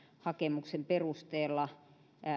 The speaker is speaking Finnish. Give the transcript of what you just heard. hakemuksen perusteella